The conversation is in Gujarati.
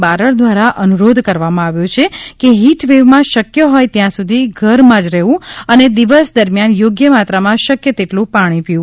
બારડ દ્વારા અનુરોધ કરવામાં આવ્યો છે કે હીટવેવમાં શક્ય હોય ત્યાં સુધી ઘરમાં જ રહેવું અને દિવસ દરમિયાન યોગ્ય માત્રામાં શક્ય તેટલું પાણી પીવું